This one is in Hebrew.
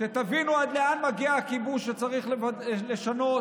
תבינו עד לאן מגיע הכיבוש שצריך לשנות,